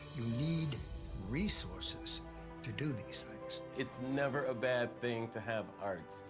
need resources to do these things. it's never a bad thing to have arts.